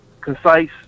concise